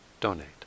donate